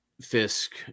Fisk